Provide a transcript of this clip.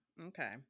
Okay